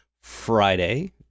friday